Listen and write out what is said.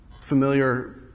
Familiar